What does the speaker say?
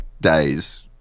days